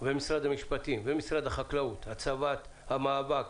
ומשרד המשפטים ומשרד החקלאות הצבת המאבק